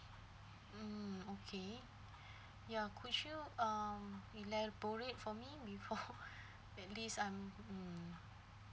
mm okay ya could you um elaborate for me before at least I'm